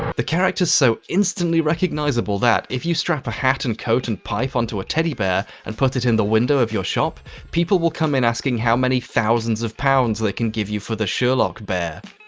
the characters so instantly recognisable that if you strap a hat and coat and pipe to a teddy bear and put it in the window of your shop people will come in asking how many thousands of pounds they can give you for the sherlock bear?